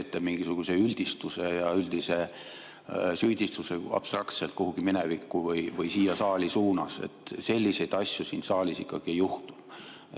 teete mingisuguse üldistuse ja üldise süüdistuse abstraktselt kuhugi minevikku või siia saali suunas. Selliseid asju siin saalis ikkagi ei juhtu.